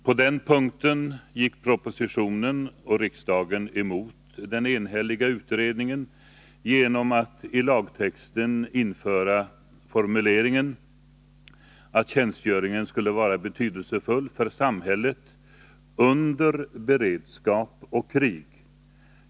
På den punkten gick propositionen och riksdagen emot den enhälliga utredningen genom att i lagtexten införa formuleringen att tjänstgöringen skulle vara betydelsefull för samhället ”under beredskap och krig”.